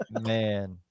man